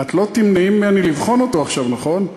את לא תמנעי ממני לבחון אותו עכשיו, נכון?